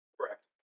Correct